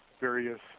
various